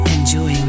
Enjoy